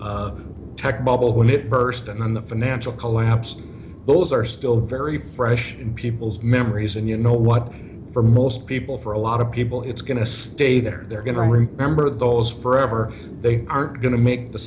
two tech bubble when it burst and then the financial collapse those are still very fresh in people's memories and you know what for most people for a lot of people it's going to stay there and they're going to remember those forever they are going to make the